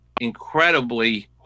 incredibly